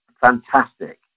fantastic